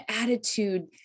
attitude